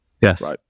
Yes